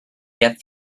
get